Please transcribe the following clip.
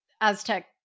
Aztec